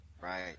Right